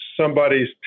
somebody's